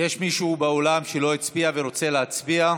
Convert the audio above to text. מישהו באולם שלא הצביע ורוצה להצביע?